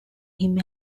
him